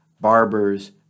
barbers